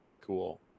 Cool